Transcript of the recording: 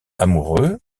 amoureux